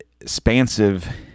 expansive